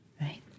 right